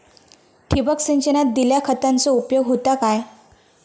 ठिबक सिंचनान दिल्या खतांचो उपयोग होता काय?